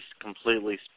completely